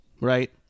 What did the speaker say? right